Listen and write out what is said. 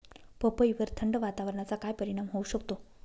पपईवर थंड वातावरणाचा काय परिणाम होऊ शकतो?